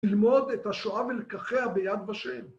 ללמוד את השואה ולקחיה ביד ושם